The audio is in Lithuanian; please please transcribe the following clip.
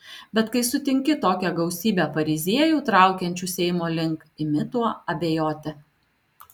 bet kai sutinki tokią gausybę fariziejų traukiančių seimo link imi tuo abejoti